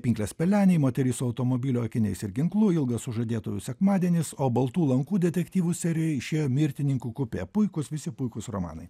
pinklės pelenei moteris automobilio akiniais ir ginklu ilgas sužadėtuvių sekmadienis o baltų lankų detektyvų serijoje išėjo mirtininkų kupė puikūs visi puikūs romanai